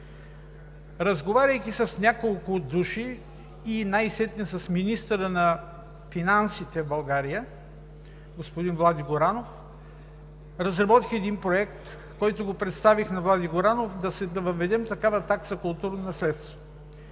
Разговаряйки с няколко души и най-сетне с министъра на финансите в България господин Владислав Горанов, разработих един проект, който му представих, да въведем такава такса „културно наследство“.